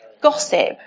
gossip